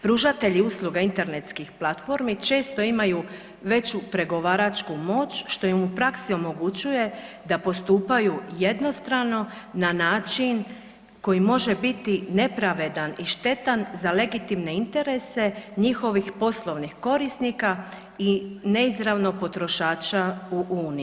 Pružatelji usluga internetskih platformi često imaju veću pregovaračku moć što im u praksi omogućuje da postupaju jednostrano na način koji može biti nepravedan i štetan za legitimne interese njihovih poslovnih korisnika i neizravnog potrošača u uniji.